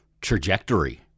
trajectory